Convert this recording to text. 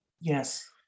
Yes